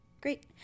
great